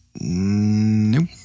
Nope